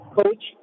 coach